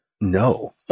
No